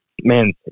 man